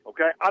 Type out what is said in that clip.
Okay